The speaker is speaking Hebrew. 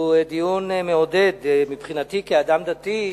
הוא דיון מעודד מבחינתי כאדם דתי,